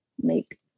make